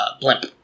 blimp